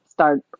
start